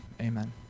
Amen